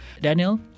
Daniel